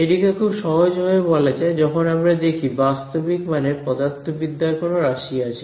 এটিকে খুব সহজ ভাবে বলা যায় যখন আমরা দেখি বাস্তবিক মানের পদার্থবিদ্যার কোন রাশি রয়েছে